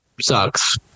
sucks